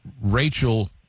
Rachel